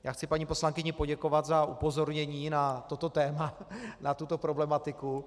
Já chci paní poslankyni poděkovat za upozornění na toto téma, na tuto problematiku.